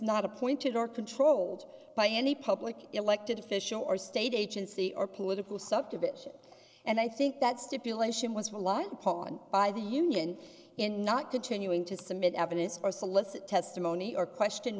not appointed are controlled by any public elected official or state agency or political subdivision and i think that stipulation was reliant upon by the union in not continuing to submit evidence or solicit testimony or question